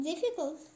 difficult